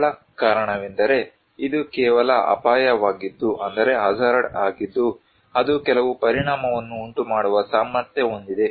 ಸರಳ ಕಾರಣವೆಂದರೆ ಇದು ಕೇವಲ ಅಪಾಯವಾಗಿದ್ದು ಅದು ಕೆಲವು ಪರಿಣಾಮವನ್ನು ಉಂಟುಮಾಡುವ ಸಾಮರ್ಥ್ಯ ಹೊಂದಿದೆ